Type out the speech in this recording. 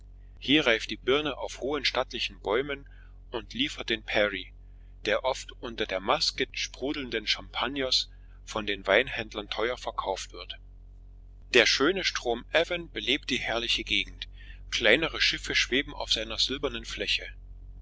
hier reift die birne auf hohen stattlichen bäumen und liefert den perry fußnote birnenwein most der oft unter der maske sprudelnden champagners von den weinhändlern teuer verkauft wird der schöne strom avon belebt die herrliche gegend kleinere schiffe schweben auf seiner silbernen fläche